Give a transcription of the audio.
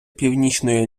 північної